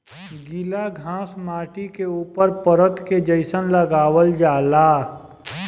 गिला घास माटी के ऊपर परत के जइसन लगावल जाला